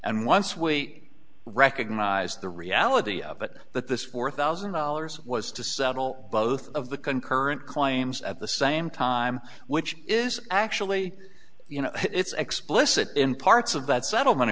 and once we recognize the reality of it that this four thousand dollars was to settle both of the concurrent claims at the same time which is actually you know it's explicit in parts of that settlement